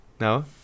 No